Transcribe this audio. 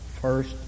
First